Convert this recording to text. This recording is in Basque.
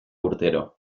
urtero